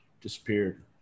disappeared